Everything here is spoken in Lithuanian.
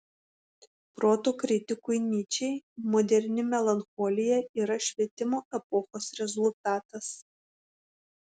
proto kritikui nyčei moderni melancholija yra švietimo epochos rezultatas